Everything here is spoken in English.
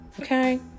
Okay